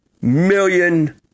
million